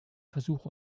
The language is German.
versuch